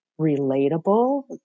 relatable